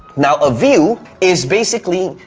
now a view is basically,